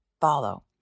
follow